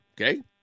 okay